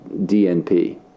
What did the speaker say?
DNP